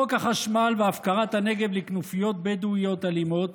חוק החשמל והפקרת הנגב לכנופיות בדואיות אלימות